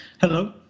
Hello